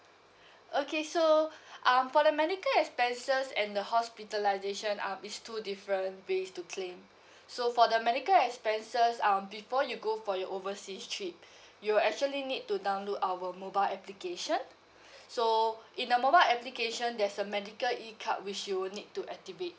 okay so um for the medical expenses and the hospitalisation um it's two different ways to claim so for the medical expenses um before you go for your overseas trip you will actually need to download our mobile application so in the mobile application there's a medical e card which you will need to activate